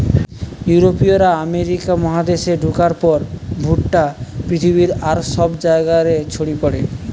ইউরোপীয়রা আমেরিকা মহাদেশে ঢুকার পর ভুট্টা পৃথিবীর আর সব জায়গা রে ছড়ি পড়ে